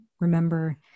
remember